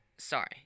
Sorry